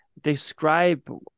Describe